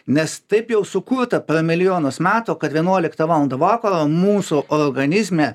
nes taip jau sukurta per milijonus metų kad vienuoliktą valandą vakaro mūsų organizme